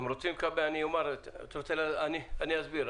אני אסביר.